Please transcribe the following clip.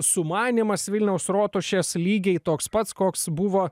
sumanymas vilniaus rotušės lygiai toks pats koks buvo